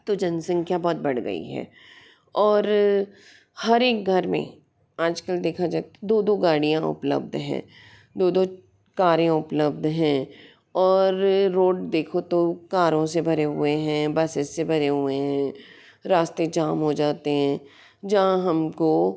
तो जनसंख्या बहुत बढ़ गई हैं और हर एक घर में आजकल देखा जाए तो दो दो गड़ियाँ उपलब्ध हैं दो दो कारें उपलब्ध हैं और रोड देखो तो कारों से भरे हुए हैं बसेस से भरे हुए हैं रास्ते जाम हो जाते है जहाँ हमको